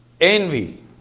Envy